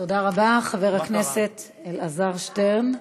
תודה רבה, חבר הכנסת אלעזר שטרן.